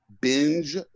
Binge